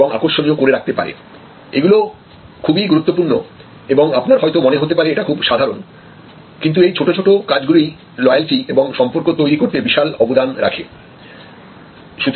এগুলো খুবই গুরুত্বপূর্ণ এবং আপনার হয়তো মনে হতে পারে এটা খুব সাধারণ কিন্তু এই ছোট ছোট কাজগুলোই লয়ালটি এবং সম্পর্ক তৈরি করতে বিশাল অবদান রাখে